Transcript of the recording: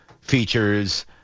features